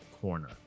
corner